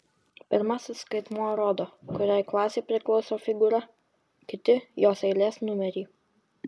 pirmasis skaitmuo rodo kuriai klasei priklauso figūra kiti jos eilės numerį